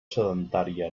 sedentària